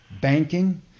banking